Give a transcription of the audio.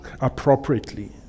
appropriately